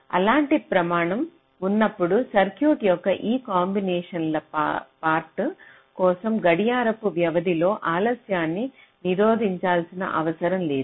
ఇలాంటి ప్రమాణం ఉన్నప్పుడు సర్క్యూట్ యొక్క ఈ కాంబినేషన్ల్ పార్ట్ కోసం గడియారపు వ్యవధిలో ఆలస్యాన్ని నిరోధించాల్సిన అవసరం లేదు